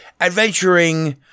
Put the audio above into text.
Adventuring